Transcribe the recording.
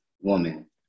woman